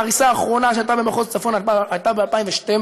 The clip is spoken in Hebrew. ההריסה האחרונה שהייתה במחוז צפון הייתה ב-2012.